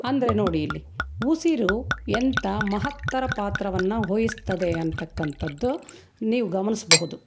ಅಂದರೆ ನೋಡಿ ಇಲ್ಲಿ ಉಸಿರು ಎಂಥ ಮಹತ್ತರ ಪಾತ್ರವನ್ನು ವಹಿಸ್ತದೆ ಅಂಥಕ್ಕಂತದ್ದು ನೀವು ಗಮನಿಸಬಹುದು